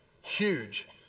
huge